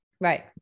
Right